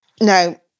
no